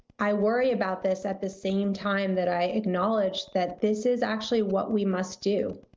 i worry about this at the same time that i acknowledge that this is actually what we must do.